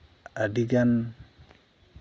ᱟᱹᱰᱤᱜᱟᱱ